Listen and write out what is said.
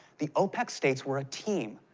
the opec states were a team,